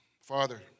father